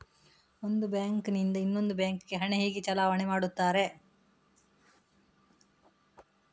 ಒಂದು ಬ್ಯಾಂಕ್ ನಿಂದ ಇನ್ನೊಂದು ಬ್ಯಾಂಕ್ ಗೆ ಹಣ ಹೇಗೆ ಚಲಾವಣೆ ಮಾಡುತ್ತಾರೆ?